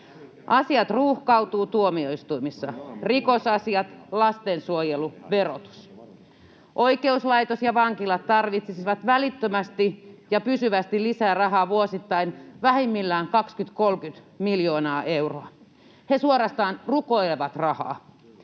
Asiat ruuhkautuvat tuomioistuimissa: rikosasiat, lastensuojelu, verotus. Oikeuslaitos ja vankilat tarvitsisivat välittömästi ja pysyvästi lisää rahaa, vuosittain vähimmillään 20—30 miljoonaa euroa. He suorastaan rukoilevat rahaa.